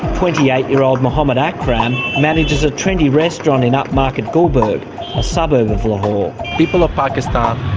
twenty-eight-year-old mohammed akram manages a trendy restaurant in upmarket gulberg, a suburb of lahore. people of pakistan,